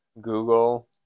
Google